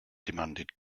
demanded